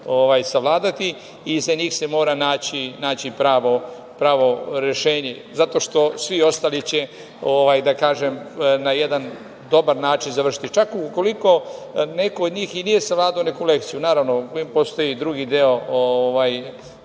i za njih se mora naći pravo rešenje. Zato što će svi ostali na jedan dobar način završiti. Čak ukoliko neko od njih i nije savladao neku lekciju, naravno, uvek postoji drugi deo,